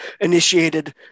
initiated